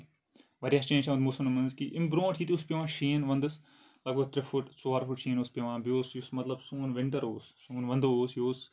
واریاہ چینج چھِ آمٕژ موسمَن منٛز کہِ اَمہِ برونٛٹھ ییٚتہِ اوس پیوان شیٖن وَندس لگ بگ ترٛےٚ پھُٹ ژور پھُٹ شیٖن اوس پیوان بیٚیہِ اوس یُس مطلب سون وِنٛٹر اوس سون وَنٛدٕ اوس یہِ اوس